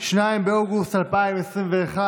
2 באוגוסט 2021,